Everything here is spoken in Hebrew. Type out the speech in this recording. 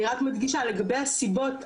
אני רק מדגישה לגבי הסיבות,